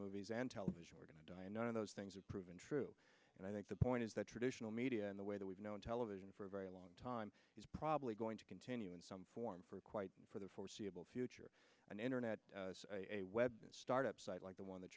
movies and television were going to die and none of those things were proven true and i think the point is that traditional media in the way that we've known television for a very long time is probably going to continue in some form for quite for the foreseeable future an internet a web start up site like the one that